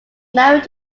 married